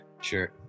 Sure